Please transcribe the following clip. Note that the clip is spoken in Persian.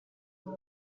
کردن